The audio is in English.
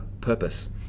purpose